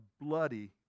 bloody